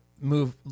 move